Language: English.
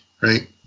right